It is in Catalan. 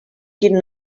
quin